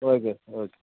okay okay